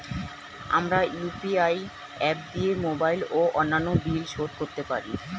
আমরা UPI app দিয়ে mobile ও অন্যান্য বিল শোধ করতে পারি